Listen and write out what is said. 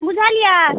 बुझलिए